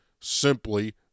simply